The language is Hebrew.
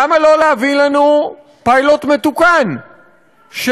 למה לא להביא לנו פיילוט מתוקן שיאמר